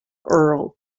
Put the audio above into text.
earl